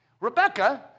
Rebecca